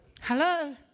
Hello